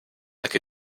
like